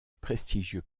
prestigieux